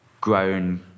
grown